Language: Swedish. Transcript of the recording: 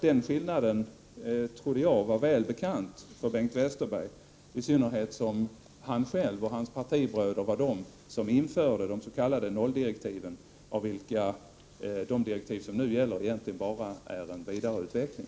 Den skillnaden trodde jag var väl bekant för Bengt Westerberg, i synnerhet som han själv och hans partibröder var de som införde de s.k. nolldirektiven, av vilka de direktiv som nu gäller egentligen bara är en vidareutveckling.